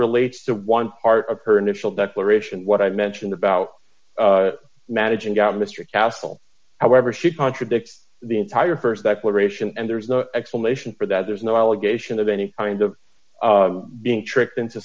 relates to one part of her initial declaration what i mentioned about manage and got mr castle however she contradicts the entire st declaration and there's no explanation for that there's no allegation of any kind of being tricked into